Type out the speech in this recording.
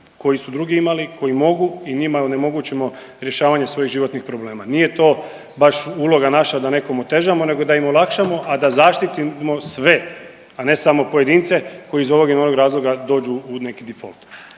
koji su drugi imali i njima onemogućimo rješavanje svojih životnih problema. Nije to baš uloga naša da nekome otežamo, nego da im olakšamo, a da zaštitimo sve, a ne samo pojedince koji iz ovog ili onog razloga dođu u neki default